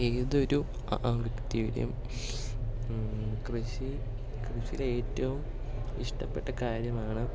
ഏതൊരു കൃഷി കൃഷിയിലെ ഏറ്റവും ഇഷ്ടപ്പെട്ട കാര്യമാണ്